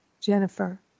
Jennifer